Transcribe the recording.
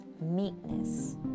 meekness